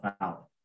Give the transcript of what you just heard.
out